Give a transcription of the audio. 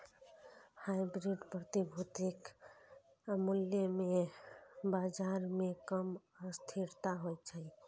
hybrid प्रतिभूतिक मूल्य मे बाजार मे कम अस्थिरता होइ छै